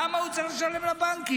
למה הוא צריך לשלם לבנקים?